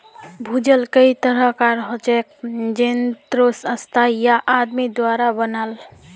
भूजल कई तरह कार हछेक जेन्ने स्थाई या आदमी द्वारा बनाल